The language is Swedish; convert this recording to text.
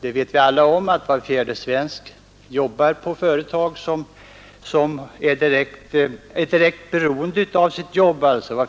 det vet vi alla — att var fjärde svensk är direkt beroende för sitt jobb av export.